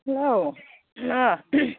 हेल' ओ